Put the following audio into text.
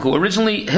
originally